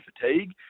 fatigue